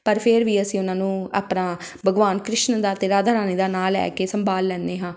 ਪਰ ਫਿਰ ਵੀ ਅਸੀਂ ਉਹਨਾਂ ਨੂੰ ਆਪਣਾ ਭਗਵਾਨ ਕ੍ਰਿਸ਼ਨ ਦਾ ਅਤੇ ਰਾਧਾ ਰਾਣੀ ਦਾ ਨਾਂ ਲੈ ਕੇ ਸੰਭਾਲ ਲੈਂਦੇ ਹਾਂ